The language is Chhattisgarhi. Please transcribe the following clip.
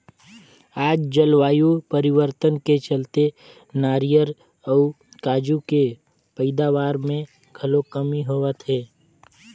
आज जलवायु परिवर्तन के चलते नारियर अउ काजू के पइदावार मे घलो कमी होवत हे